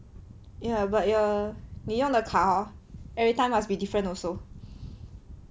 ya but ya 你用的卡 hor every time must be different also